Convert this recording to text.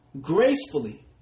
gracefully